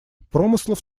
промыслов